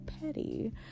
petty